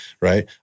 right